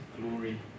glory